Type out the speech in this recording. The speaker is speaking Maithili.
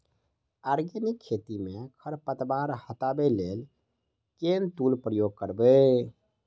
आर्गेनिक खेती मे खरपतवार हटाबै लेल केँ टूल उपयोग करबै?